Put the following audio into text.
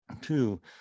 two